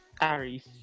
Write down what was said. Aries